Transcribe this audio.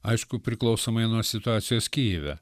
aišku priklausomai nuo situacijos kijive